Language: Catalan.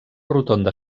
rotonda